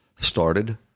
started